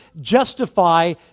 justify